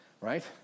right